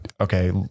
okay